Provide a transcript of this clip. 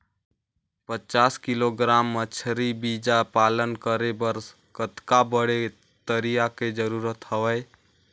पचास किलोग्राम मछरी बीजा पालन करे बर कतका बड़े तरिया के जरूरत हवय?